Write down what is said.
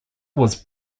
was